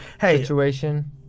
situation